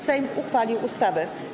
Sejm uchwalił ustawę.